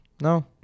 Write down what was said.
No